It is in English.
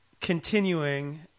continuing